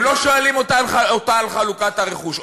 הם לא שואלים אותה על חלוקת הרכוש,